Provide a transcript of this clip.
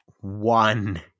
one